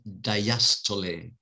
diastole